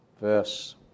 verse